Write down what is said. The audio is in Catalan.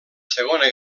segona